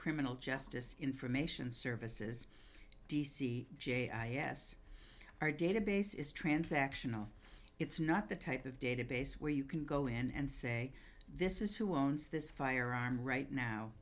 criminal justice information services d c j i s our database is transactional it's not the type of database where you can go in and say this is who owns this firearm right now